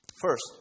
First